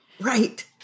Right